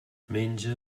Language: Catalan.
menja